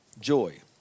joy